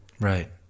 Right